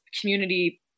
community